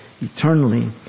eternally